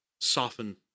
soften